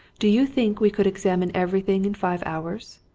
do you think we could examine everything in five hours?